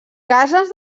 cases